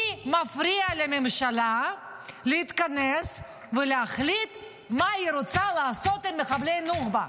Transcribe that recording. מי מפריע לממשלה להתכנס ולהחליט מה היא רוצה לעשות עם מחבלי הנוח'בה?